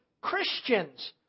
christians